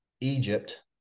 Egypt